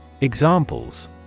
Examples